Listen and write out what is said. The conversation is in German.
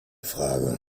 frage